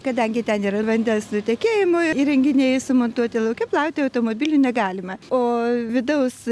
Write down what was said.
kadangi ten yra vandens nutekėjimo įrenginiai sumontuoti lauke plauti automobilį negalima o vidaus